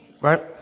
Right